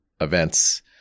events